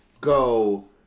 go